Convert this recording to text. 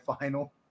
final